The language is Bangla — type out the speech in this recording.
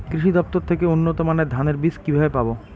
কৃষি দফতর থেকে উন্নত মানের ধানের বীজ কিভাবে পাব?